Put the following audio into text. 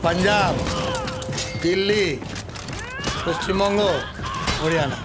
Punjab Delhi Paschimbanga Haryana